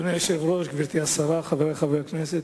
אדוני היושב-ראש, גברתי השרה, חברי חברי הכנסת,